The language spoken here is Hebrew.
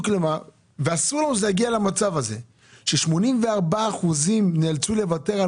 אסור לנו להגיע למצב ש-84% נאלצו לוותר על